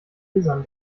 lesern